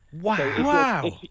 Wow